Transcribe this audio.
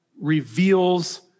reveals